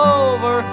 over